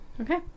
Okay